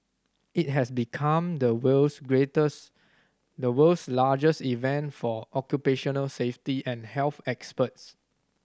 it has become the world's greatest the world's largest event for occupational safety and health experts